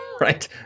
right